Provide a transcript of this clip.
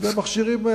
אלה מכשירים,